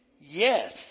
Yes